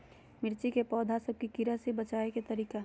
मिर्ची के पौधा सब के कीड़ा से बचाय के तरीका?